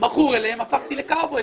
מכור אליהן הפכתי לקאובוי.